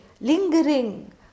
lingering